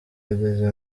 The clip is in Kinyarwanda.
bageze